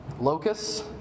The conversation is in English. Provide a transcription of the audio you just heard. Locusts